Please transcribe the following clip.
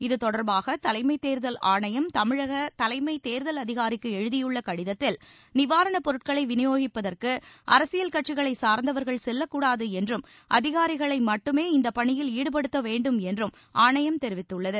இதுதொடர்பாக தலைமை தேர்தல் ஆணையம் தமிழக தலைமைத் தேர்தல் அதிகாரிக்கு எழுதியுள்ள கடிதத்தில் நிவாரணப் பொருட்களை விநியோகிப்பதற்கு அரசியல் கட்சிகளைச் சார்ந்தவர்கள் செல்லக்கூடாது என்றும் அதிகாரிகளை மட்டுமே இந்தப் பணியில் ஈடுபடுத்தப்பட வேண்டும் என்றும் ஆணையம் தெரிவித்துள்ளது